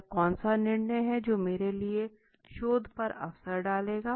वह कौन सा निर्णय है जो मेरे शोध पर असर डालेगा